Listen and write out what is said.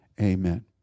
amen